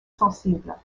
sensible